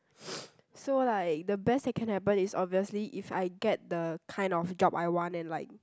so like the best that can happen is obviously if I get the kind of job I want and like